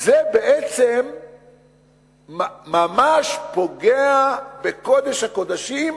זה בעצם ממש פוגע בקודש הקודשים,